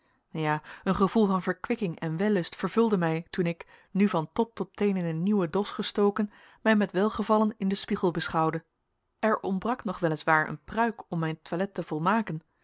ja een gevoel van verkwikking en wellust vervulde mij toen ik nu van top tot teen in een nieuwen dos gestoken mij met welgevallen in den spiegel beschouwde er ontbrak nog wel is waar een pruik om mijn toilet te volmaken